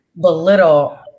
belittle